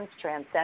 transcend